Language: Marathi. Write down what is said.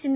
सीं